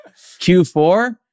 Q4